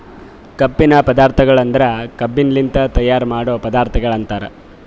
ಕಬ್ಬಿನ ಪದಾರ್ಥಗೊಳ್ ಅಂದುರ್ ಕಬ್ಬಿನಲಿಂತ್ ತೈಯಾರ್ ಮಾಡೋ ಪದಾರ್ಥಗೊಳ್ ಅಂತರ್